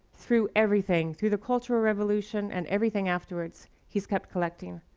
through everything, through the cultural revolution and everything afterward, he's kept collecting,